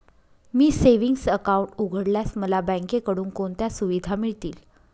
मी savings account उघडल्यास मला बँकेकडून कोणत्या सुविधा मिळतील?